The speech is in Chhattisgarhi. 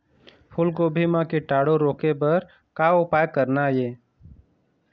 फूलगोभी म कीटाणु रोके बर का उपाय करना ये?